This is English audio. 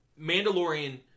Mandalorian